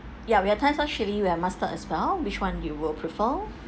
ya we have thai sauce chilli we have mustard as well which one you will prefer